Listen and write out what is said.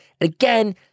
again